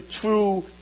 true